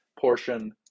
portion